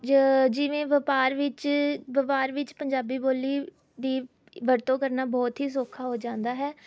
ਜ ਜਿਵੇਂ ਵਪਾਰ ਵਿੱਚ ਵਪਾਰ ਵਿੱਚ ਪੰਜਾਬੀ ਬੋਲੀ ਦੀ ਵਰਤੋਂ ਕਰਨਾ ਬਹੁਤ ਹੀ ਸੋਖਾ ਹੋ ਜਾਂਦਾ ਹੈ